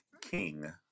king